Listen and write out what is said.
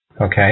Okay